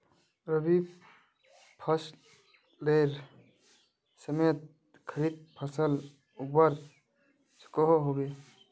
रवि फसलेर समयेत खरीफ फसल उगवार सकोहो होबे?